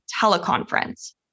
teleconference